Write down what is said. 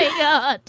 yeah. but